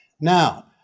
Now